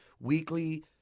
weekly